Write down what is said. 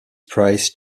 price